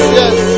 yes